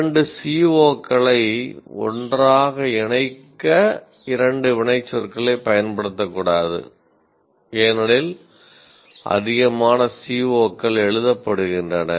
இரண்டு CO களை ஒன்றாக இணைக்க இரண்டு வினைச்சொற்களைப் பயன்படுத்தக்கூடாது ஏனெனில் அதிகமான CO கள் எழுதப்படுகின்றன